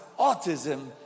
autism